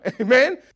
Amen